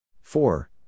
four